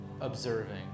observing